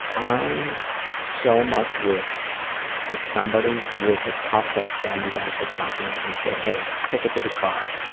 i so much wish that somebody would have popped up while you guys were fucking and said, hey, take it to the car!